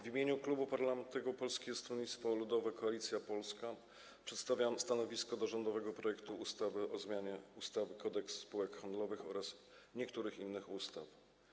W imieniu Klubu Parlamentarnego Polskie Stronnictwo Ludowe - Koalicja Polska przedstawiam stanowisko w sprawie rządowego projektu ustawy o zmianie ustawy Kodeks spółek handlowych oraz niektórych innych ustaw.